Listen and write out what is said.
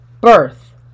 birth